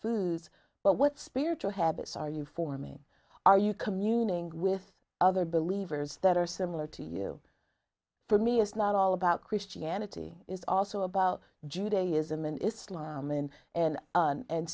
food but what spiritual habits are you for me are you communing with other believers that are similar to you for me is not all about christianity is also about judaism and islam and and